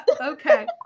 okay